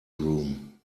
room